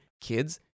kids